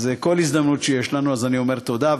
אז בכל הזדמנות שיש לנו אני אומר תודה,